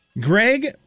Greg